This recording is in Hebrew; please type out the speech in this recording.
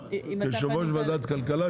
יושב ראש ועדת כלכלה,